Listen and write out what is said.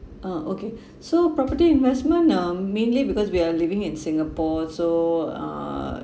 ah okay so property investment um mainly because we are living in singapore so uh